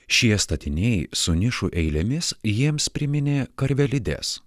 šie statiniai su nišų eilėmis jiems priminė karvelides